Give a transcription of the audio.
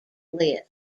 list